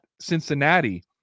Cincinnati